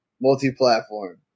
multi-platform